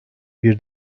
bir